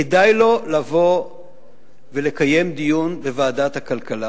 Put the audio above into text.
כדאי לו לבוא ולקיים דיון בוועדת הכלכלה,